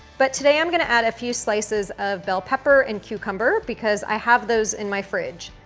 but today i'm gonna add a few slices of bell pepper and cucumber because i have those in my fridge.